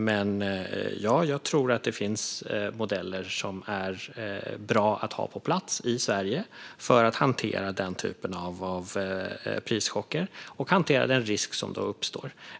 Men ja, jag tror att det finns modeller som är bra att ha på plats i Sverige för att hantera den typen av prischocker och den risk som då uppstår.